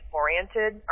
oriented